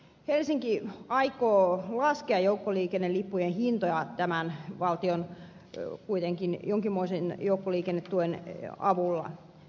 helsinki aikoo laskea joukkoliikennelippujen hintoja tämän valtion kuitenkin jonkinmoisen joukkoliikennetuen avulla